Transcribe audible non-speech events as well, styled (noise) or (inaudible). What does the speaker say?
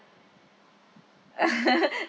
(laughs)